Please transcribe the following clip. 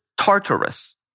Tartarus